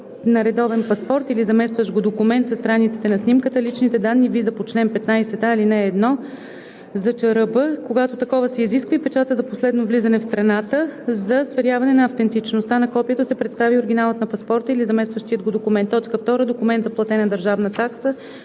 на редовен паспорт или заместващ го документ със страниците на снимката, личните данни, виза по чл. 15, ал. 1 ЗЧРБ, когато такава се изисква, и печата за последното влизане в страната; за сверяване на автентичността на копието се представя и оригиналът на паспорта или заместващия го документ; 2. документ за платена държавна такса